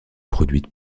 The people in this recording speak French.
produites